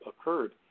occurred